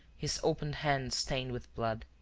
his opened hands stained with blood.